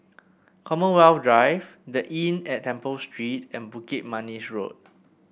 Commonwealth Drive The Inn at Temple Street and Bukit Manis Road